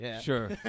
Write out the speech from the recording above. Sure